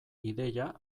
ideia